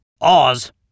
Oz